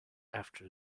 after